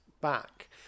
back